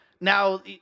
now